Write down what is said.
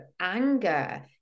anger